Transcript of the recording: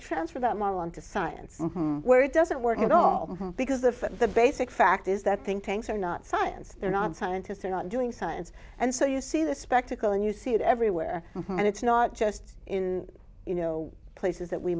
transfer them on to science where it doesn't work at all because of the basic fact is that think tanks are not science they're not scientists they're not doing science and so you see the spectacle and you see it everywhere and it's not just in you know places that we